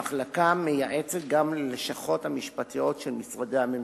המחלקה מייעצת גם ללשכות המשפטיות של משרדי הממשלה.